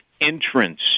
entrance